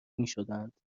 میشدند